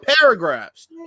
paragraphs